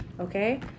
Okay